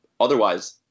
Otherwise